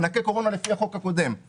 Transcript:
מענקי קורונה לפי החוק הקודם,